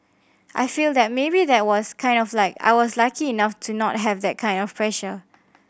I feel that maybe that was kind of like I was lucky enough to not have that kind of pressure